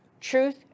Truth